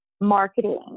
marketing